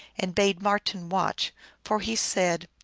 and bade marten watch for he said,